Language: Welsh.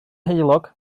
heulog